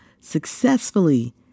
successfully